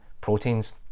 proteins